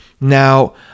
Now